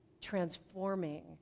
transforming